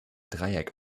dreieck